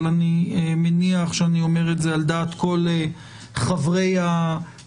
אבל אני מניח שאני אומר את זה על דעת כל חברי הוועדה,